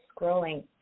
scrolling